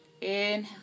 inhale